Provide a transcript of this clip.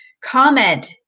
comment